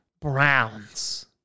Browns